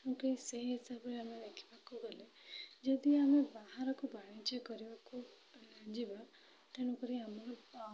ତେଣୁକରି ସେହି ହିସାବରେ ଆମେ ଦେଖିବାକୁ ଗଲେ ଯଦି ଆମେ ବାହାରକୁ ବାଣିଜ୍ୟ କରିବାକୁ ଯିବା ତେଣୁକରି ଆମର